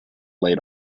laid